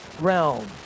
realm